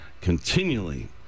continually